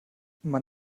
man